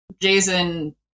Jason